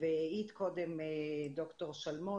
העיד קודם ד"ר שלמון,